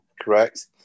correct